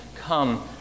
come